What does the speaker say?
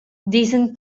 diesen